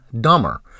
dumber